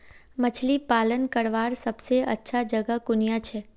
मछली पालन करवार सबसे अच्छा जगह कुनियाँ छे?